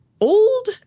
old